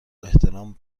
احترام